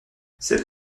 cette